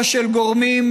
או של גורמים,